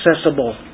accessible